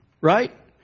right